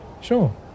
sure